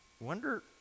wonder